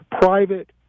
private